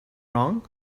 wrong